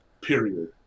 period